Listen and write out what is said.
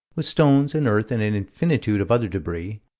with stones and earth and an infinitude of other debris,